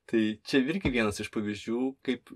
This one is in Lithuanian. tai čia irgi vienas iš pavyzdžių kaip